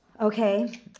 Okay